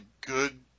good